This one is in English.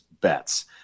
bets